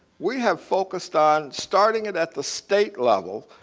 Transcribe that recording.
we have focused on starting it at the state level,